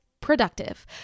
productive